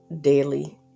daily